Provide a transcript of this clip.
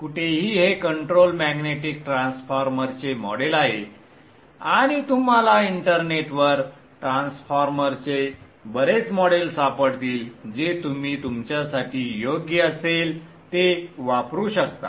कुठेही हे control magnetic ट्रान्सफॉर्मरचे मॉडेल आहे आणि तुम्हाला इंटरनेटवर ट्रान्सफॉर्मरचे बरेच मॉडेल सापडतील जे तुम्ही तुमच्यासाठी योग्य असेल ते वापरू शकता